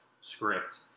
script